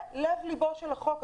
זה לב ליבו של החוק.